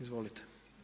Izvolite.